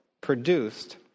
produced